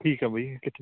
ਠੀਕ ਆ ਬਾਈ